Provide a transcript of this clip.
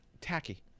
tacky